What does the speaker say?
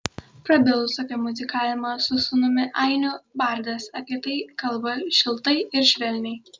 prabilus apie muzikavimą su sūnumi ainiu bardas apie tai kalba šiltai ir švelniai